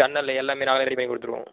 ஜன்னல் எல்லாமே நாங்களே ரெடி பண்ணி கொடுத்துருவோம்